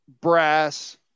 brass